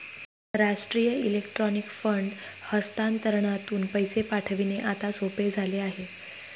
राष्ट्रीय electronic fund हस्तांतरणातून पैसे पाठविणे आता सोपे झाले आहे